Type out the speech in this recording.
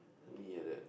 me like that